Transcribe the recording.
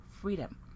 freedom